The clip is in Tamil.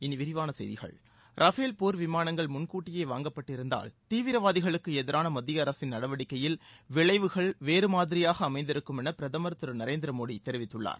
இனி விரிவான செய்திகள் ரஃபேல் போர் விமானங்கள் முன்கூட்டியே வாங்கப்பட்டிருந்தால் தீவிரவாதிகளுக்கு எதிரான மத்திய அரசின் நடவடிக்கையில் விளைவுகள் வேறு மாதிரியாக அமைந்திருக்கும் என பிரதமர் திரு நரேந்திர மோடி தெரிவித்துள்ளார்